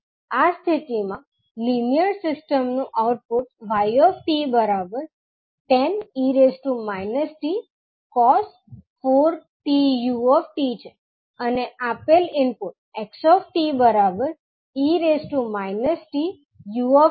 આ સ્થિતિમાં linear system નું આઉટપુટy 10e tcos 4tu છે અને આપેલ ઇનપુટ 𝑥𝑡 e t𝑢𝑡 છે